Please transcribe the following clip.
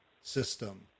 system